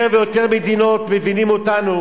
יותר ויותר מדינות מבינות אותנו